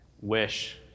wish